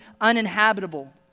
uninhabitable